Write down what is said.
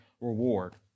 reward